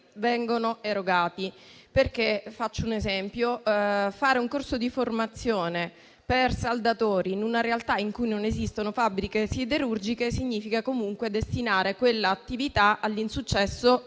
vengono erogati. Faccio un esempio: fare un corso di formazione per saldatori in una realtà in cui non esistono fabbriche siderurgiche significa comunque destinare quell'attività all'insuccesso